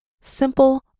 Simple